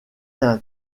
d’un